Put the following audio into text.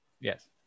Yes